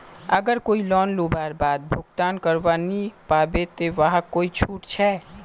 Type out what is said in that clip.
अगर कोई लोन लुबार बाद भुगतान करवा नी पाबे ते वहाक कोई छुट छे?